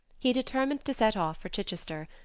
he determined to set off for chichester,